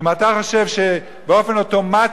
אם אתה חושב שבאופן אוטומטי,